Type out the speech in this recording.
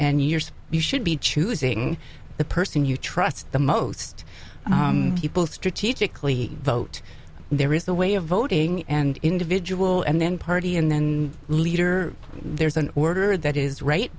and yours you should be choosing the person you trust the most people strategically vote there is a way of voting and individual and then party and then leader there's an order that is right